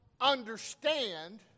understand